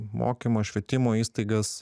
mokymo švietimo įstaigas